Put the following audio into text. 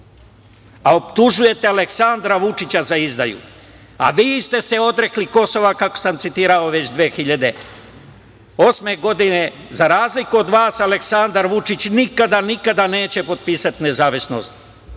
A, optužujete Aleksandra Vučića za izdaju. A, vi ste se odrekli Kosova, kako sam citirao, već 2008. godine. Za razliku od vas, Aleksandar Vučić nikada, nikada neće potpisati nezavisnost